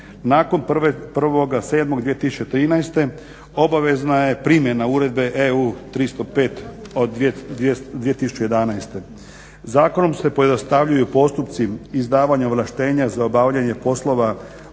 Nakon 1.7.2013. obavezna je primjena uredbe EU 315 od 2011. Zakonom se pojednostavljuju postupci izdavanja ovlaštenja za obavljanje poslova